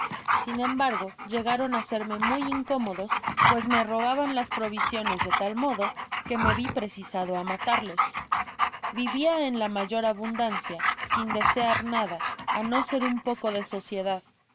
sin embargo llegaron á serme muy incómodos pues me robaban las provisiones de tal modo que me vi precisado á matarlos vivia en la mayor abundancia sin desear nada á no ser un poco de sociedad